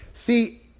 See